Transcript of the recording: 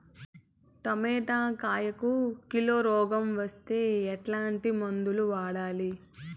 Tomato కాయలకు kilo రోగం వస్తే ఎట్లాంటి మందులు వాడాలి?